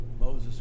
Moses